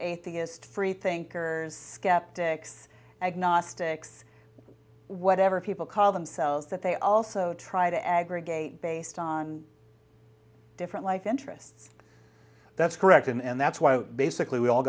atheist freethinkers skeptics agnostics whatever people call themselves that they also try to aggregate based on different life interests that's correct and that's why basically we all